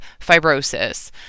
fibrosis